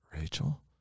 Rachel